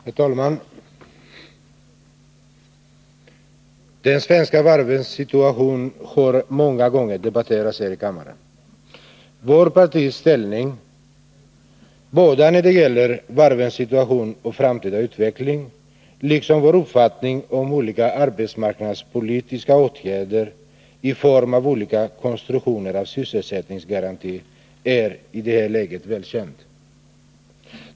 Herr talman! De svenska varvens situation har många gånger debatterats här i kammaren. Vårt partis ställning, när det gäller både varvens situation och deras framtida utveckling, liksom vår uppfattning om arbetsmarknadspolitiska åtgärder i form av olika konstruktioner av sysselsättningsgaranti är i detta läge väl kända.